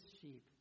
sheep